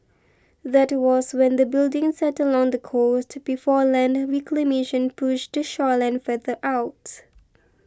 that was when the building sat along the coast before land reclamation push the shoreline further out